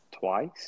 twice